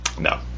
No